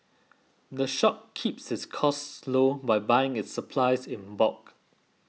the shop keeps its costs low by buying its supplies in bulk